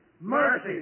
mercy